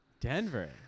Denver